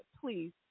please